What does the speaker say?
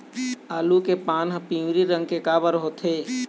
आलू के पान हर पिवरी रंग के काबर होथे?